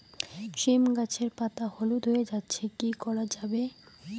সীম গাছের পাতা হলুদ হয়ে যাচ্ছে কি করা যাবে?